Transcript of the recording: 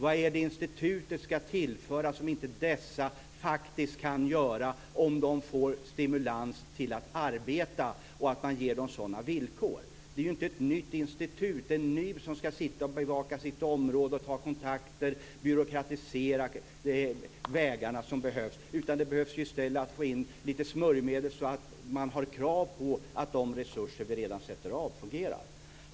Vad är det som institutet ska tillföra som inte dessa kan göra om de får stimulans att arbeta och ges sådana villkor? Vad som behövs är inte ett nytt institut som ska sitta och bevaka sitt område, ta kontakter och byråkratisera vägarna. I stället behövs det lite smörjmedel så att man har krav på att de resurser som vi redan sätter av fungerar.